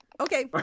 okay